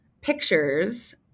pictures